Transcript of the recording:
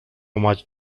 much